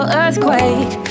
earthquake